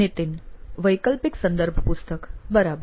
નિતીન વૈકલ્પિક સંદર્ભ પુસ્તક બરાબર